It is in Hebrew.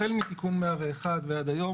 החל מתיקון 101 ועד היום,